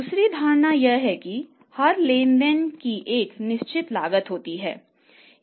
दूसरी धारणा यह है कि हर लेनदेन की एक निश्चित लागत होती है